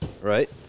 right